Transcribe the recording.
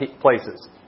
places